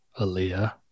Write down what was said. Aaliyah